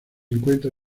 encuentra